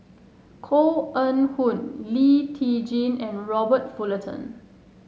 Koh Eng Hoon Lee Tjin and Robert Fullerton